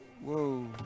Whoa